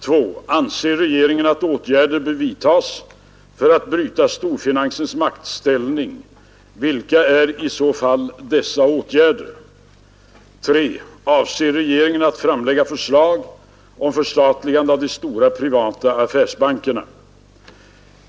2) Anser regeringen att åtgärder bör vidtas för att bryta storfinansens maktställning? Vilka är i så fall dessa åtgärder? 3) Avser regeringen att framlägga förslag om förstatligande av de stora privata affärsbankerna?